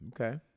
Okay